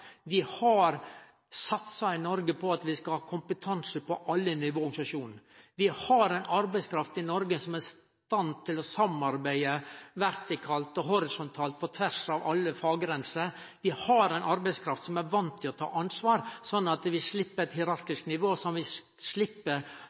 har vi satsa på at vi skal ha kompetanse på alle nivå i organisasjonen. Vi har ei arbeidskraft i Noreg som er i stand til å samarbeide vertikalt og horisontalt på tvers av alle faggrenser. Vi har ei arbeidskraft som er van med å ta ansvar, sånn at vi